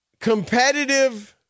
competitive